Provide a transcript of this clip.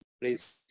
Please